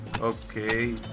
okay